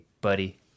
buddy